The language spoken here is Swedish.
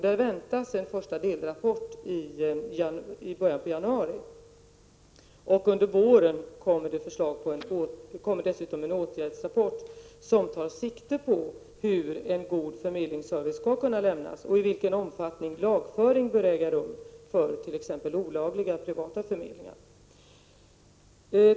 Det kommer en delrapport om detta i början av januari nästa år, och under våren kommer dessutom en åtgärdsrapport som tar sikte på hur en god förmedlingsservice skall kunna lämnas och i vilken omfattning lagföring bör äga rum beträffande t.ex. olagliga privata förmedlingar.